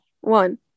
one